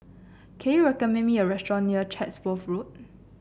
can you recommend me a restaurant near Chatsworth Road